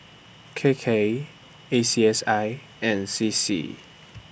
K K A C S I and C C